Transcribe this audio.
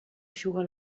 eixuga